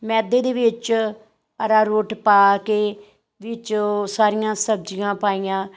ਮੈਦੇ ਦੇ ਵਿੱਚ ਅਰਾਰੋਟ ਪਾ ਕੇ ਵਿੱਚ ਉਹ ਸਾਰੀਆਂ ਸਬਜ਼ੀਆਂ ਪਾਈਆਂ